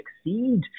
succeed